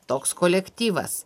toks kolektyvas